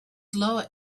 lower